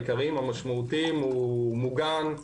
העיקריים, המשמעותיים, הוא מוגן,